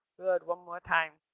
that one more time.